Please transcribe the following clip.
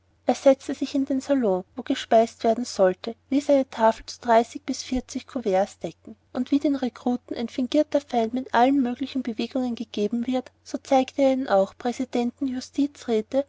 er setzte sich in den salon wo gespeist werden sollte ließ eine tafel zu dreißig bis vierzig kuverts decken und wie den rekruten ein fingierter feind mit allen möglichen bewegungen gegeben wird so zeigte er ihnen auch präsidenten